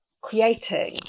creating